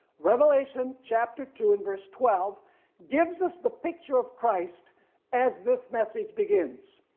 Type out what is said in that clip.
revelation chapter two and verse twelve gives us the picture of christ as this message begins.